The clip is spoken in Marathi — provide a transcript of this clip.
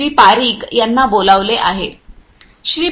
पारीक यांना बोलावले आहे श्री